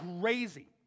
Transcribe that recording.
Crazy